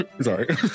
sorry